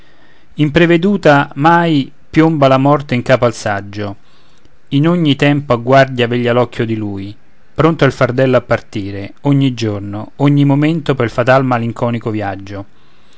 e il moribondo impreveduta mai piomba la morte in capo al saggio in ogni tempo a guardia veglia l'occhio di lui pronto è il fardello a partire ogni giorno ogni momento pel fatal malinconico viaggio